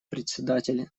председатель